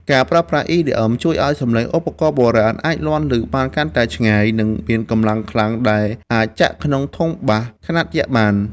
ការប្រើប្រាស់ EDM ជួយឱ្យសំឡេងឧបករណ៍បុរាណអាចលាន់ឮបានកាន់តែឆ្ងាយ និងមានកម្លាំងខ្លាំងដែលអាចចាក់ក្នុងធុងបាសខ្នាតយក្សបាន។